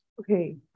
okay